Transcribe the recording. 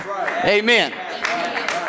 Amen